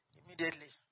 immediately